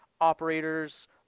operators